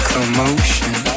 Commotion